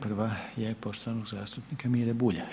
Prva je poštovanog zastupnika Mire Bulja.